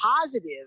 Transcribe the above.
positive